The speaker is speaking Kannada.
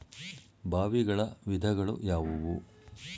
ಬಾವಿಗಳ ವಿಧಗಳು ಯಾವುವು?